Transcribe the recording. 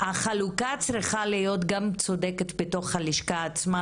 אבל החלוקה צריכה להיות גם צודקת בתוך הלשכה עצמה,